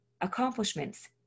accomplishments